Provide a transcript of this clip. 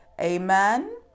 Amen